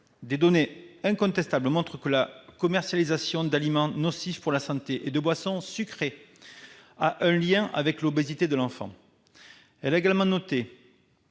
Des données incontestables montrent que la commercialisation d'aliments nocifs pour la santé et de boissons sucrées a un lien avec l'obésité de l'enfant ». Elle ajoute :